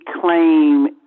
claim